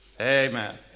amen